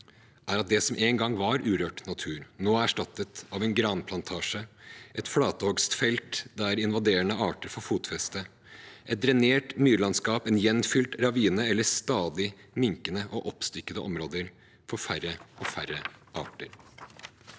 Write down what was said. er at det som en gang var urørt natur, nå er erstattet av en granplantasje, et flathogstfelt der invaderende arter får fotfeste, et drenert myrlandskap, en gjenfylt ravine eller stadig minkende og oppstykkede områder for færre og færre arter.